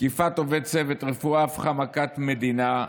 תקיפת עובד צוות רפואה הפכה מכת מדינה.